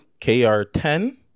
KR10